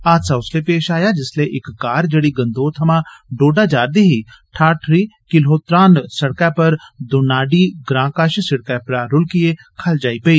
हादसा उसलै पेश आया जिस्सले इक कार जेड़ी गंदोह थमां डोडा जा रदी ही ठाठरी किल्होत्रान सड़कै पर दुनाडी ग्रां कश सड़कै परा रुलकियै खल्ल जाई पेई